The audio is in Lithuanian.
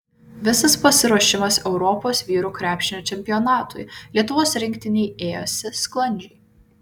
visas pasiruošimas europos vyrų krepšinio čempionatui lietuvos rinktinei ėjosi sklandžiai